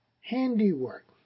handiwork